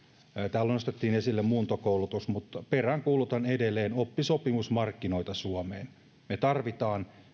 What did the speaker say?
täällä nostettiin esille muuntokoulutus mutta peräänkuulutan edelleen oppisopimusmarkkinoita suomeen me tarvitsemme